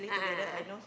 a'ah a'ah a'ah